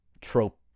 trope